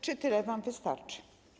Czy tyle wam wystarczy?